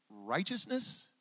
righteousness